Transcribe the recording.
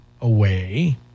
away